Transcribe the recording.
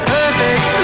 Perfect